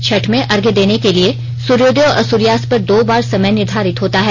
छठ में अर्घ्य देने के लिए सूर्योदय और सूर्यास्त पर दो बार समय निर्धारित होता है